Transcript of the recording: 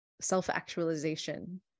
self-actualization